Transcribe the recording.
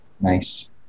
nice